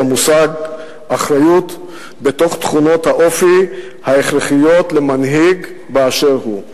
המושג אחריות בתוך תכונות האופי ההכרחיות למנהיג באשר הוא.